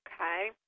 Okay